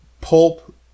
pulp